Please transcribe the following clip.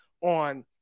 on